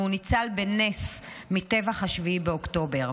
והוא ניצל בנס מטבח 7 באוקטובר.